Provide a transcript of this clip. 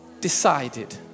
Decided